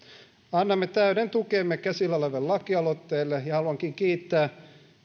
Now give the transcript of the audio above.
annamme täyden tukemme käsillä olevalle lakialoitteelle ja haluankin kiittää